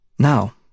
Now